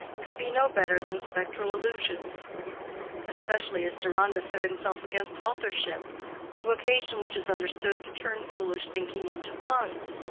could be no better than spectral illusions especially as deronda set himself against authorship a vocation which is understood to turn foolish thinking into funds.